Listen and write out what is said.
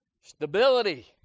stability